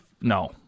no